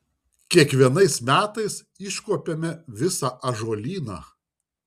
kiekvienais metais iškuopiame visą ąžuolyną